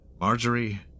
Marjorie